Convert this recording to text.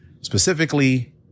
specifically